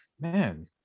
man